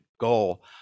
goal